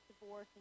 divorce